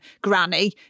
granny